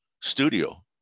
studio